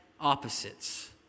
opposites